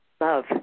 Love